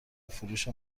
فروش